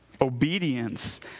obedience